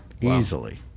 easily